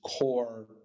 core